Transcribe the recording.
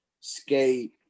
skate